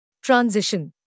Transition